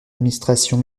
administration